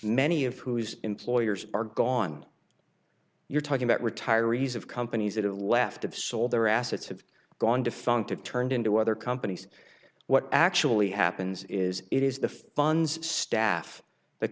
many of whose employers are gone you're talking about retirees of companies that have left of sold their assets have gone defunct have turned into other companies what actually happens is it is the funds staff that